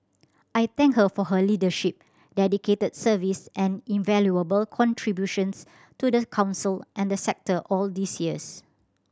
I thank her for her leadership dedicated service and invaluable contributions to the Council and the sector all these years